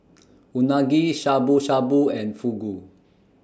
Unagi Shabu Shabu and Fugu